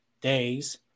days